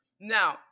Now